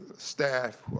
staff,